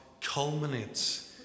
culminates